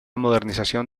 modernización